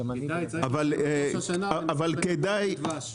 אבל כדאי